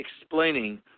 explaining